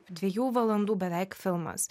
dviejų valandų beveik filmas